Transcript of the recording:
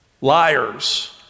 liars